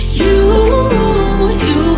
you—you